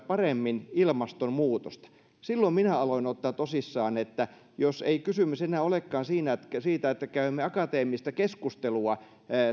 paremmin ilmastonmuutosta silloin minä aloin ottaa tosissaan sen että jos ei kysymys enää olekaan siitä että käymme akateemista keskustelua